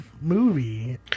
movie